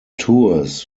tours